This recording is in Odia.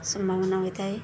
ସମ୍ଭାବନା ହୋଇଥାଏ